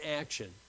action